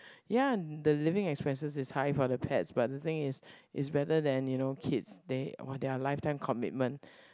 ya the living expenses is high for the pets but the thing is is better than you know kids they [wah] they're lifetime commitment